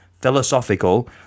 philosophical